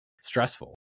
stressful